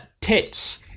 Tits